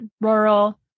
rural